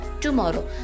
tomorrow